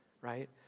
right